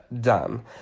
done